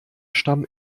stamm